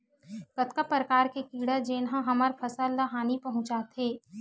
कतका प्रकार के कीड़ा जेन ह हमर फसल ल हानि पहुंचाथे?